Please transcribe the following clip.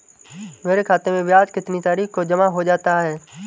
मेरे खाते में ब्याज कितनी तारीख को जमा हो जाता है?